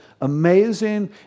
amazing